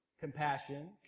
compassion